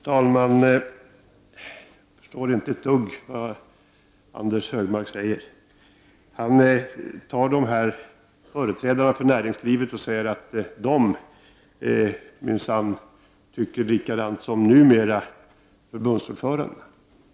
Herr talman! Jag förstår inte ett dugg av det som Anders G Högmark säger. Han tar som exempel företrädare för näringslivet och säger att de minsann tycker likadant som numera förbundsordförandena.